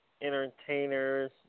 entertainers